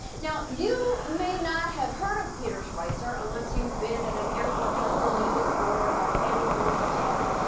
now, you may not have heard of peter schweizer unless you've been at an airport hudson news or are anyone's dad,